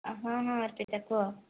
ହଁ ହଁ ଅର୍ପିତା କୁହ